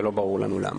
ולא ברור לנו למה.